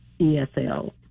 ESL